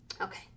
Okay